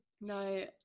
no